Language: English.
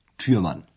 Türmann